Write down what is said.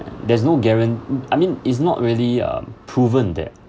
there's no guarant~ mm I mean it's not really um proven that